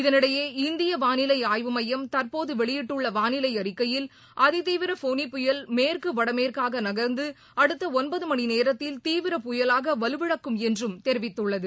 இதனிடையே இந்தியவாளிலைஆய்வு மையம் தற்போதுவெளியிட்டுள்ளவாளிலைஅறிக்கையில் ஃபோனி புயல் மேற்கு வடமேற்காகநகர்ந்துஅடுத்த அதித்விர தீவிர புயலாகவலுவிழக்கும் என்றும் தெரிவித்துள்ளது